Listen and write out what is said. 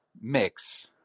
mix